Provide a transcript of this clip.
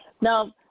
Now